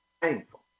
painful